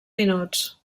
minuts